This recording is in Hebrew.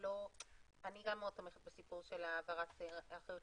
אני גם מאוד תומכת בסיפור של העברת האחריות